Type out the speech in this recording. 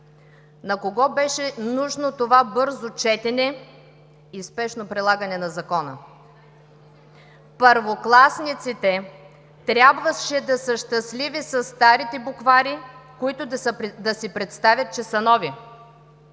На кого беше нужно това бързо четене и спешно прилагане на Закона?! Първокласниците трябваше да са „щастливи“ със старите буквари, които да си представят, че са нови.